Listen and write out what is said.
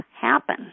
happen